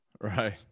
Right